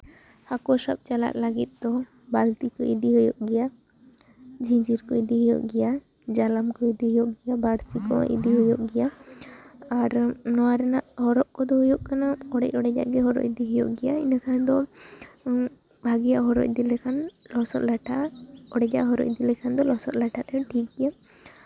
ᱦᱟᱹᱠᱩ ᱥᱟᱵ ᱪᱟᱞᱟᱜ ᱞᱟᱹᱜᱤᱫ ᱫᱚ ᱵᱟᱹᱞᱛᱤ ᱠᱚ ᱤᱫᱤ ᱦᱩᱭᱩᱜ ᱜᱮᱭᱟ ᱡᱷᱤᱸᱡᱤᱨ ᱠᱚ ᱤᱫᱤᱭ ᱦᱩᱭᱩᱜ ᱜᱮᱭᱟ ᱡᱟᱞᱟᱢ ᱠᱚ ᱤᱫᱤᱭᱮᱭ ᱦᱩᱭᱩᱜ ᱜᱮᱭᱟ ᱵᱟᱹᱲᱥᱤ ᱠᱚ ᱤᱫᱤᱭ ᱦᱩᱭᱩᱜ ᱜᱮᱭᱟ ᱟᱨ ᱱᱚᱣᱟ ᱨᱮᱱᱟᱜ ᱦᱚᱨᱚᱜ ᱠᱚᱫᱚ ᱦᱩᱭᱩᱜ ᱠᱟᱱᱟ ᱚᱲᱮᱡ ᱚᱲᱮᱡᱟᱜ ᱜᱮ ᱦᱚᱨᱚᱜ ᱤᱫᱤ ᱦᱩᱭᱩᱜ ᱜᱮᱭᱟ ᱤᱱᱟᱹ ᱠᱷᱟᱱ ᱫᱚ ᱵᱷᱟᱹᱜᱤᱭᱟᱜ ᱦᱚᱨᱚᱜ ᱤᱫᱤ ᱞᱮᱠᱷᱟᱱ ᱞᱚᱥᱚᱫ ᱞᱟᱴᱷᱟᱜᱼᱟ ᱚᱲᱮᱡ ᱟᱜ ᱦᱚᱨᱚᱜ ᱤᱫᱤ ᱞᱮᱠᱷᱟᱱ ᱫᱚ ᱞᱚᱥᱚᱫ ᱞᱟᱴᱷᱟᱜ ᱨᱮᱦᱚᱸ ᱴᱷᱤᱠ ᱜᱮᱭᱟ